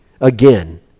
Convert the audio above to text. again